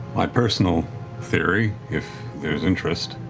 my personal theory, if there's interest,